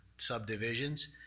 subdivisions